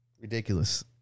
Ridiculous